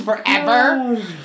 forever